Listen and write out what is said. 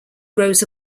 grows